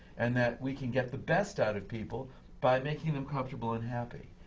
and that we can get the best out of people by making them comfortable and happy.